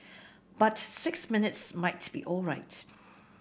but six minutes might be alright